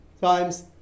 times